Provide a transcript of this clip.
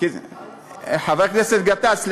חבר הכנסת באסל,